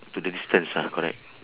to then strive ah correct